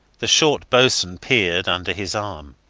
the short boatswain peered under his arm.